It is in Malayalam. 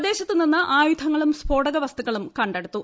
പ്രദേശത്ത് നിന്ന് ആയുധങ്ങളും സ്ഫോടകവസ്തുക്കളും കണ്ടെടുത്തു